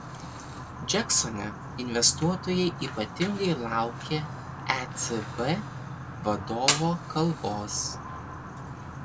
džeksone investuotojai ypatingai laukė ecb vadovo kalbos